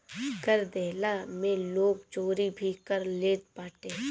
कर देहला में लोग चोरी भी कर लेत बाटे